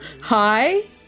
hi